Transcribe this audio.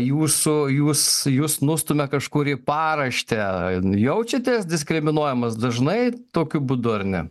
jūsų jūs jus nustumia kažkur į paraštę jaučiatės diskriminuojamas dažnai tokiu būdu ar ne